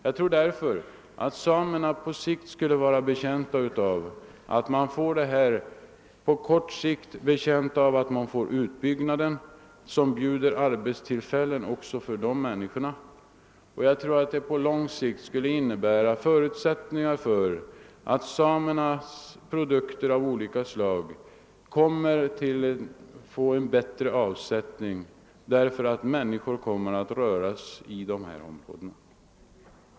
Jag tror därför att samerna på sikt skulle vara betjänta av att man får till stånd denna utbyggnad som bjuder arbetstillfällen också för dem. Det skulle också på längre sikt innebära förutsättningar för en bättre avsättning av samernas produkter av olika slag, eftersom flera människor kommer att röra sig i dessa områden.